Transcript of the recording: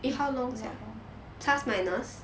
if no~